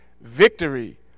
victory